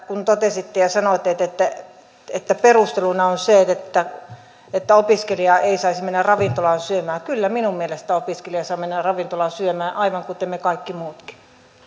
kun totesitte ja sanoitte että että perusteluna on se että että opiskelija ei saisi mennä ravintolaan syömään minun mielestäni opiskelija kyllä saa mennä ravintolaan syömään aivan kuten me kaikki muutkin